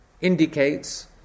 indicates